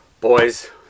boys